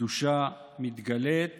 הקדושה מתגלית